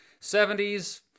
70s